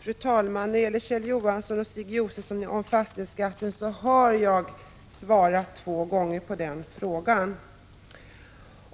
Fru talman! Kjell Johanssons och Stig Josefsons frågor om fastighetsskatten har jag svarat på två gånger.